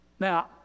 Now